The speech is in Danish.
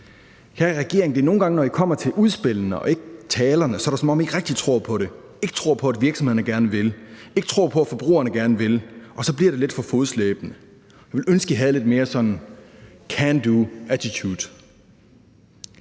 Kære regering, når det kommer til udspillene – ikke talerne – er det nogle gange, som om I ikke rigtig tror på det, altså at I ikke tror på, at virksomhederne gerne vil, ikke tror på, at forbrugerne gerne vil. Og så bliver det lidt for fodslæbende. Jeg ville ønske, at I havde lidt mere sådan can do-attitude.